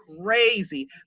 crazy